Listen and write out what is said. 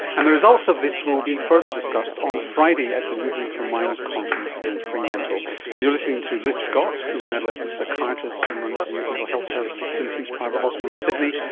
and the results of this will be further discussed on friday at the meeting for minds conference in fremantle. and you're listening to liz scott, who is an adolescent psychiatrist and runs the youth mental health services at st vincent's private hospital in sydney,